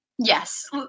Yes